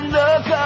look